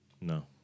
No